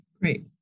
Great